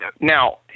Now